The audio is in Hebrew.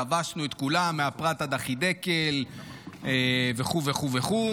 כבשנו את כולם מהפרת עד החידקל וכו' וכו' וכו',